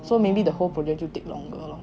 so maybe the whole project it take longer lah